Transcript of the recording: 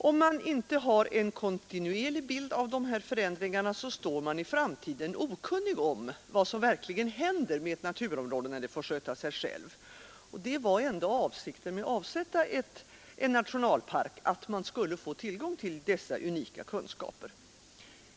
Om man inte har en kontinuerlig bild av dessa förändringar, står man i framtiden okunnig om vad som verkligen händer med ett naturområde när det får sköta sig självt, och avsikten med att avsätta en nationalpark var ändå att man skulle få tillgång till dessa unika kunskaper.